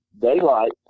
daylight